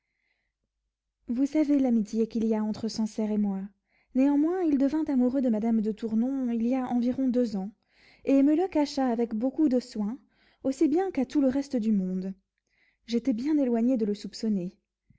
vous savez l'amitié qu'il y a entre sancerre et moi néanmoins il devint amoureux de madame de tournon il y a environ deux ans et me le cacha avec beaucoup de soin aussi bien qu'à tout le reste du monde j'étais bien éloigné de le soupçonner